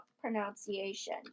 pronunciation